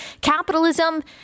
Capitalism